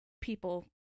people